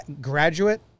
graduate